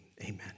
Amen